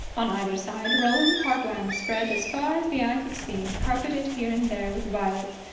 on either side rolling park land spread as far as the eye could see, carpeted here and there with violets,